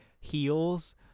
heels